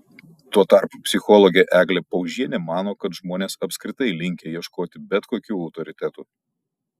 tuo tarpu psichologė eglė paužienė mano kad žmonės apskritai linkę ieškoti bet kokių autoritetų